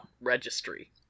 Registry